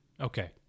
Okay